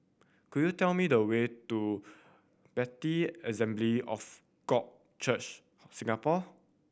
could you tell me the way to Bethel Assembly of God Church Singapore